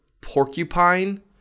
Porcupine